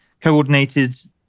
coordinated